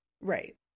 right